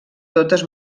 totes